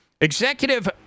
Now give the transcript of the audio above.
Executive